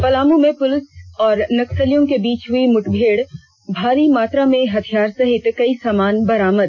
पलामू में पुलिस और नक्सलियों के बीच हुई मुठभेड़ भारी मात्रा में हथियार सहित कई सामान बरामद